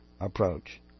approach